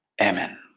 Amen